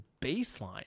baseline